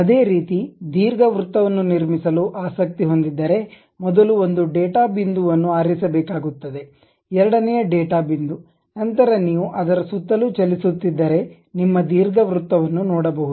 ಅದೇ ರೀತಿ ದೀರ್ಘವೃತ್ತವನ್ನು ನಿರ್ಮಿಸಲು ಆಸಕ್ತಿ ಹೊಂದಿದ್ದರೆ ಮೊದಲು ಒಂದು ಡೇಟಾ ಬಿಂದುವನ್ನು ಆರಿಸಬೇಕಾಗುತ್ತದೆ ಎರಡನೆಯ ಡೇಟಾ ಬಿಂದು ನಂತರ ನೀವು ಅದರ ಸುತ್ತಲೂ ಚಲಿಸುತ್ತಿದ್ದರೆ ನಿಮ್ಮ ದೀರ್ಘವೃತ್ತವನ್ನು ನೋಡಬಹುದು